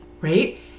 Right